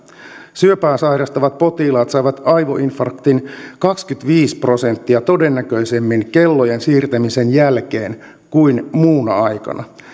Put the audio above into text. syöpää sairastavat potilaat saivat aivoinfarktin kaksikymmentäviisi prosenttia todennäköisemmin kellojen siirtämisen jälkeen kuin muuna aikana